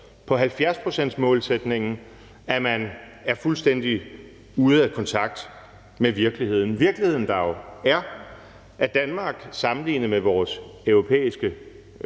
på 70-procentsmålsætningen, at man er fuldstændig ude af kontakt med virkeligheden, virkeligheden, der jo er, at Danmark sammenlignet med vores europæiske